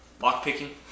lockpicking